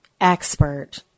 Expert